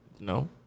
No